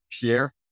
Pierre